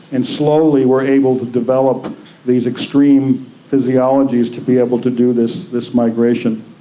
and slowly were able to develop these extreme physiologies to be able to do this this migration.